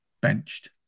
benched